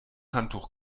handtuch